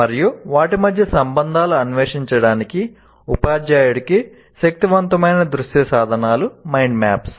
mind maps